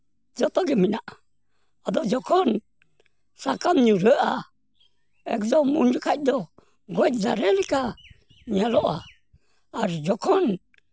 ᱡᱚᱛᱚᱜᱮ ᱢᱮᱱᱟᱜᱼᱟ ᱟᱫᱚ ᱡᱚᱠᱷᱚᱱ ᱥᱟᱠᱟᱢ ᱧᱩᱨᱦᱟᱹᱜᱼᱟ ᱮᱠᱫᱚᱢ ᱩᱱ ᱡᱚᱠᱷᱚᱡ ᱫᱚ ᱜᱚᱡ ᱫᱟᱨᱮ ᱞᱮᱠᱟ ᱧᱮᱞᱚᱜᱼᱟ ᱟᱨ ᱡᱚᱠᱷᱚᱱ